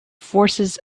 forces